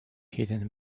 hidden